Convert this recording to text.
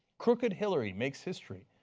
crooked hillary makes history.